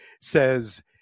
says